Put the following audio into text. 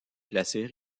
placer